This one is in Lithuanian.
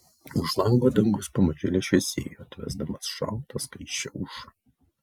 už lango dangus pamažėle šviesėjo atvesdamas šaltą skaisčią aušrą